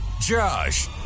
Josh